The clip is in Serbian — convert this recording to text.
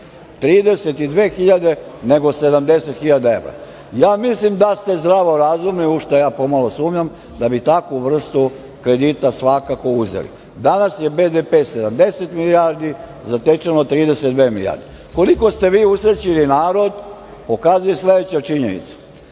32.000, nego 70.000 evra. Ja mislim da ste zdravo razumni, u šta ja pomalo sumnjam, da bi takvu vrstu kredita svakako uzeli. Danas je BDP 70 milijardi, zatečeno 32 milijarde. Koliko ste vi usrećili narod pokazuje sledeća činjenica.